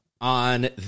on